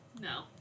No